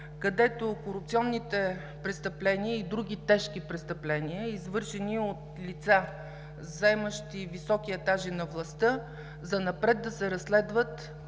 където корупционните престъпления и други тежки престъпления, извършени от лица, заемащи високи етажи на властта, занапред да се разследват